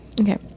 okay